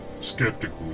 skeptically